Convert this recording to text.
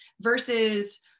versus